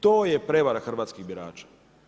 To je prijevara hrvatskih birača.